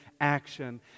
action